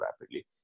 rapidly